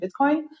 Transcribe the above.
Bitcoin